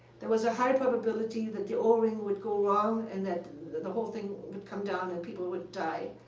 there was a high probability that the o-ring would go wrong and that the the whole thing would come down and people would die.